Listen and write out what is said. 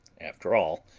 after all,